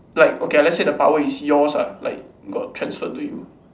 like okay lah let's say the power is yours ah like got transferred to you